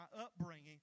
upbringing